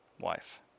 wife